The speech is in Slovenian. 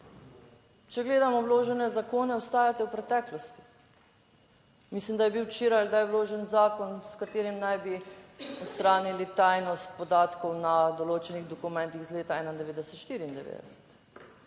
Če gledamo vložene zakone, ostajate v preteklosti. Mislim, da je bil včeraj kdaj vložen zakon, s katerim naj bi odstranili tajnost podatkov na določenih dokumentih iz leta 91, 94.